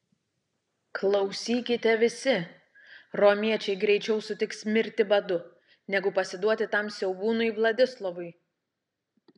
klausykite visi romiečiai greičiau sutiks mirti badu negu pasiduoti tam siaubūnui vladislovui